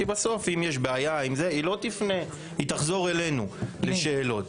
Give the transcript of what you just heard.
כי בסוף יש בעיה חברת הביטוח תחזור אלינו לשאלות.